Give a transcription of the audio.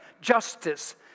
justice